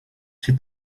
czy